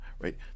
right